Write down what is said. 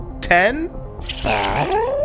ten